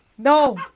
No